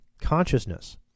consciousness